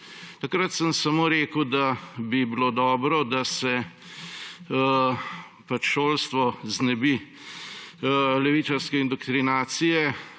Takrat sem samo rekel, da bi bilo dobro, da se šolstvo znebi levičarske indoktrinacije,